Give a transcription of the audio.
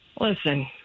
Listen